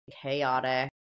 chaotic